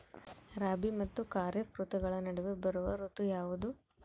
ರಾಬಿ ಮತ್ತು ಖಾರೇಫ್ ಋತುಗಳ ನಡುವೆ ಬರುವ ಋತು ಯಾವುದು?